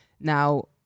Now